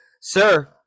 Sir